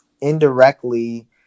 indirectly